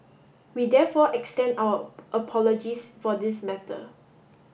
we therefore extend our apologies for this matter